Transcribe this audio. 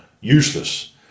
useless